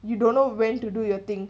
you don't know when to do your thing